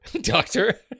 doctor